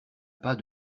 pas